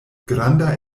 granda